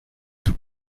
tout